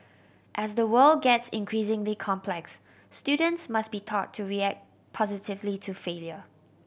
as the world gets increasingly complex students must be taught to react positively to failure